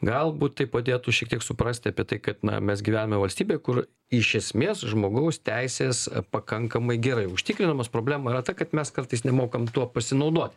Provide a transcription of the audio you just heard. galbūt tai padėtų šiek tiek suprasti apie tai kad na mes gyvename valstybėj kur iš esmės žmogaus teisės pakankamai gerai užtikrinamos problema yra ta kad mes kartais nemokam tuo pasinaudot